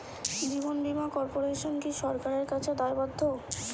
জীবন বীমা কর্পোরেশন কি সরকারের কাছে দায়বদ্ধ?